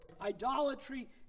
idolatry